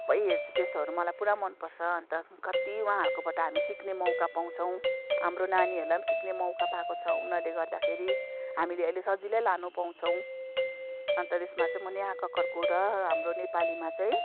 सबै हेर्छु त्यस्तोहरू मलाई पुरा मन पर्छ अन्त कति उहाँहरूकोबाट हामी सिक्ने मौका पाउँछौँ हाम्रो नानीहरूलाई पनि सिक्ने मौका पाएको छ उनीहरूले गर्दाखेरि हामीले अहिले सजिलै लानु पाउँछौँ अन्त त्यसमा चाहिँ म नेहा कक्करको र हाम्रो नेपालीमा चाहिँ